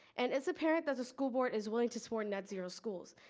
and as a parent, as school board is willing to support netzero schools,